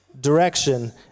direction